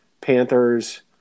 Panthers –